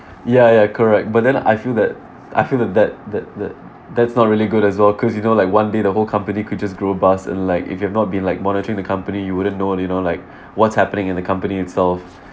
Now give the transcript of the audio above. ya ya correct but then I feel that I feel that that that that's not really good as well because you know like one day the whole company could just grow robust and like if you have not been like monitoring the company you wouldn't know you know like what's happening in the company itself